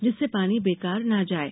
जिससे पानी बेकार न जाये